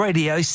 Radio